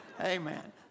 Amen